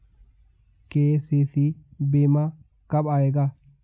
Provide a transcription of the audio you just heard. KCC बीमा कब आएगा?